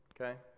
Okay